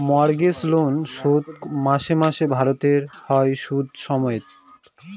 mortgage loan শোধ মাসে মাসে ভারতে হয় সুদ সমেত